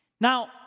Now